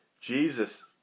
Jesus